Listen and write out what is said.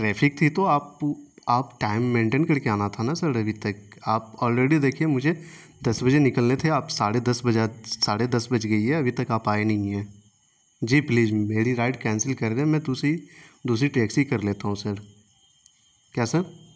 traffic تھی تو آپ آپ ٹائم مینٹین کرکے آنا تھا نہ سر ابھی تک آپ آل ریڈی دیکھیے مجھے دس بجے نکلنے تھے آپ ساڑھے دس بجا ساڑے دس بج گئی ہے ابھی تک آپ آئے نہیں ہیں جی پلیز میری رائڈ کینسل کردیں میں دوسری دوسری ٹیکسی کر لیتا ہوں سر کیا سر